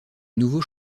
nouveau